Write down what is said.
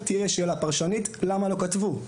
תישאל שאלה פרשנית: למה לא כתבו?